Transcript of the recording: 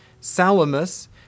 Salamis